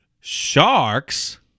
sharks